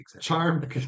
Charm